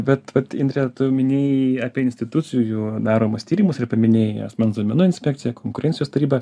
bet vat indre tu minėjai apie institucijų daromus tyrimus ir paminėjai asmens duomenų inspekcija konkurencijos taryba